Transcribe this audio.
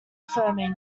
affirming